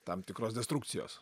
tam tikros destrukcijos